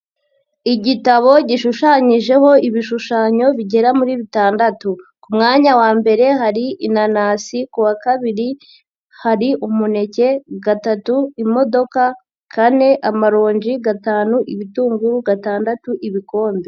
Igitabo gishushanyijeho ibishushanyo bigera muri bitandatu, ku mwanya wa mbere hari inanasi, ku wa kabiri hari umuneke, gatatu imodoka, kane amaronji, gatanu ibitunguru, gatandatu ibikombe.